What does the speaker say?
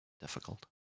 difficult